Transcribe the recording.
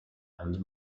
and